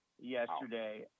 yesterday